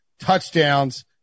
touchdowns